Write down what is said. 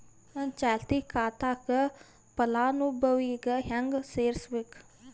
ನನ್ನ ಚಾಲತಿ ಖಾತಾಕ ಫಲಾನುಭವಿಗ ಹೆಂಗ್ ಸೇರಸಬೇಕು?